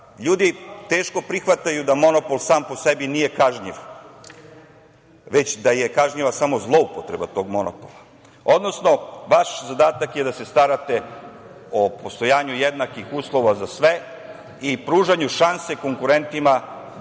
Ljudi teško prihvataju da monopol sam po sebi nije kažnjiv, već da je kažnjiva samo zloupotreba tog monopola, odnosno vaš zadatak je da se starate o postojanju jednakih uslova za sve i pružanju šanse konkurentima da, na